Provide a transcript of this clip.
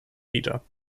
wider